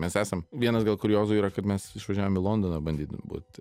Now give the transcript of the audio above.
mes esam vienas gal kuriozų yra kad mes išvažiavom į londoną bandyt būt